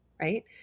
right